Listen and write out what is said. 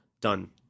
done